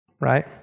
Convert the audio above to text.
Right